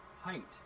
Height